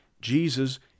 Jesus